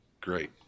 great